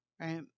right